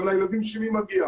גם לילדים שלי מגיע.